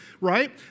right